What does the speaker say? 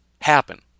happen